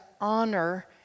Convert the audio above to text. honor